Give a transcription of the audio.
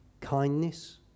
kindness